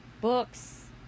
books